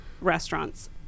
restaurants